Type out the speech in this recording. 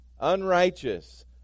unrighteous